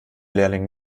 lehrling